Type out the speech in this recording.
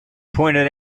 pointed